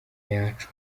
yacu